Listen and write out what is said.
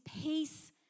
peace